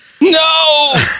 no